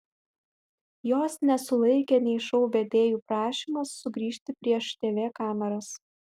jos nesulaikė nei šou vedėjų prašymas sugrįžti prieš tv kameras